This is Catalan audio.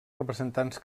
representants